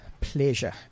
pleasure